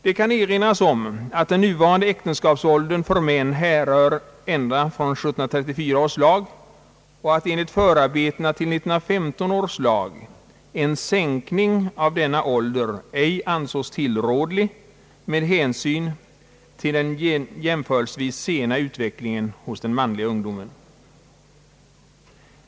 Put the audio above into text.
Det kan erinras om att den nuvarande äktenskapsåldern för män härrör ända från 1734 års lag och att enligt förarbetena till 1915 års lag en sänkning av denna ålder ej ansågs tillrådlig med hänsyn till den jämförelsevis sena utvecklingen hos den manliga ungdomen.